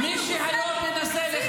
חברת הכנסת טלי גוטליב,